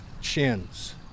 chins